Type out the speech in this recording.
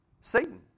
Satan